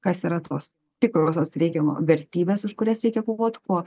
kas yra tos tikrosios reikiamo vertybės už kurias reikia kovot kuo